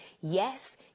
yes